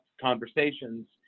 conversations